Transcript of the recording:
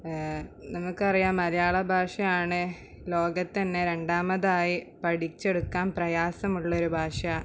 നമുക്കറിയാം മലയാള ഭാഷയാണ് ലോകത്ത് തന്നെ രണ്ടാമതായി പഠിച്ചെടുക്കാൻ പ്രയാസമുള്ളൊരു ഭാഷ